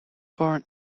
born